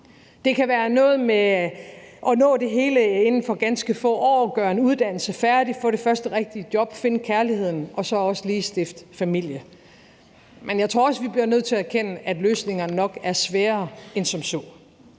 Det kan være noget med at skulle nå det hele inden for ganske få år, gøre en uddannelse færdig, få det første rigtige job, finde kærligheden og så også lige stifte familie. Men jeg tror også, vi bliver nødt til at erkende, at løsningerne nok er sværere at finde end som så.